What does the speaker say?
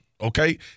Okay